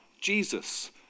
Jesus